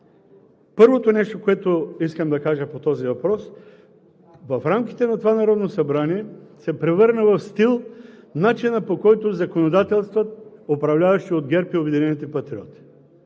Първото нещо, което искам да кажа по този въпрос, е, че в рамките на това Народно събрание се превърна в стил начинът, по който законодателстват управляващите от ГЕРБ и „Обединени патриоти“